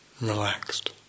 relaxed